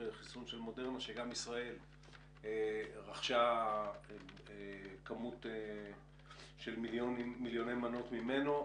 אחרי החיסון של מודרנה שגם ישראל רכשה כמות של מיליוני מנות ממנו,